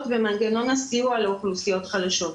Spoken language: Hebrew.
ומנגנות הסיוע לאוכלוסיות חלשות,